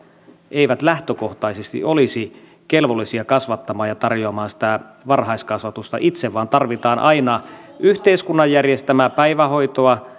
eivät lähtökohtaisesti olisi kelvollisia kasvattamaan ja tarjoamaan sitä varhaiskasvatusta itse vaan tarvitaan aina yhteiskunnan järjestämää päivähoitoa